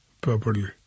properly